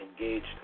engaged